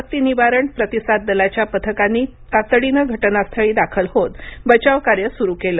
आपत्ती निवारण प्रतिसाद दलाच्या पथकांनी तातडीनं घटनास्थळी दाखल होत बचावकार्याला सुरु केलं